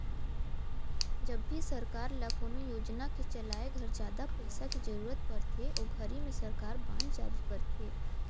जब भी सरकार ल कोनो योजना के चलाए घर जादा पइसा के जरूरत परथे ओ घरी में सरकार बांड जारी करथे